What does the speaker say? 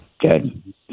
Good